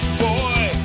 boy